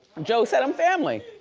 joe said i'm family,